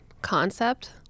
concept